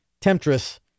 temptress